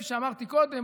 כפי שאמרתי קודם,